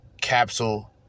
Capsule